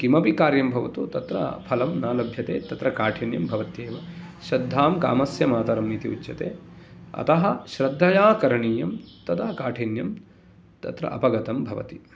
किमपि कार्यं भवतु तत्र फलं न लभ्यते तत्र काठिन्यं भवत्येव श्रद्धां कामस्य मातरम् इति उच्यते अतः श्रद्धया करणीयं तदा काठिन्यं तत्र अपगतं भवति